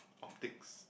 optics